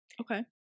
Okay